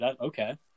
Okay